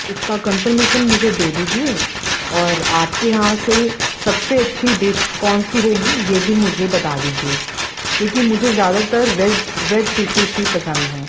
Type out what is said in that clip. اس کا کنفرمیشن مجھے دے دیجیے اور آپ کے یہاں سے سب سے اچھی ڈش کون سی ہوگی یہ بھی مجھے بتا دیجیے کیونکہ مجھے زیادہ تر ویج ڈشیز ہی پسند ہیں